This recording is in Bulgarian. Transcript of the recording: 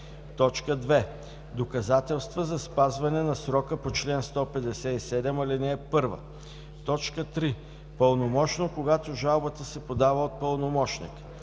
2. доказателства за спазване на срока по чл. 157, ал. 1; 3. пълномощно, когато жалбата се подава от пълномощник;